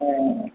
ஆ ஆ